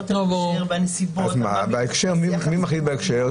בנסיבות -- אז מי מחליט לגבי ההקשר?